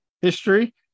history